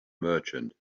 merchant